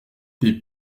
des